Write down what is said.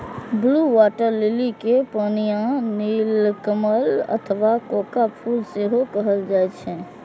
blue water lily कें पनिया नीलकमल अथवा कोका फूल सेहो कहल जाइ छैक